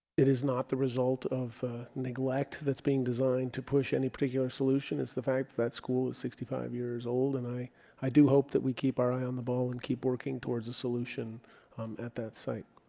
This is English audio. it is not the result of neglect that's being designed to push any particular solution it's the fact that school is sixty five years old and i i do hope that we keep our eye on the ball and keep working towards a solution at that site